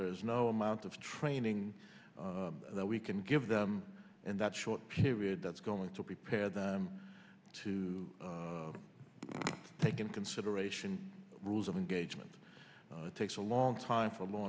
there is no amount of training that we can give them in that short period that's going to prepare them to take in consideration the rules of engagement it takes a long time for law